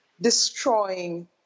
destroying